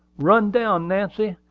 run down, nancy,